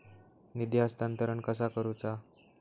निधी हस्तांतरण कसा करुचा?